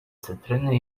cytryny